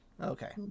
Okay